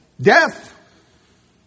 Death